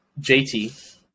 JT